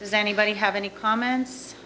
does anybody have any comments